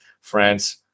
France